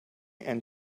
and